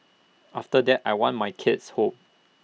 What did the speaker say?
after that I want my kids home